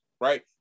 right